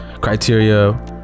criteria